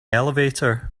elevator